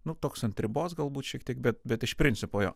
nu toks ant ribos galbūt šiek tiek bet bet iš principo jo